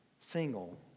single